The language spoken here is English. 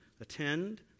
attend